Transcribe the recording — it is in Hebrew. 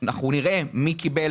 אנחנו רואים מי קיבל,